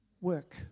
work